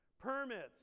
Permits